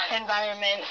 environment